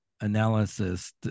analysis